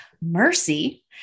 mercy